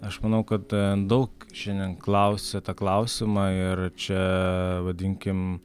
aš manau kad daug šiandien klausia tą klausimą ir čia vadinkim